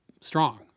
strong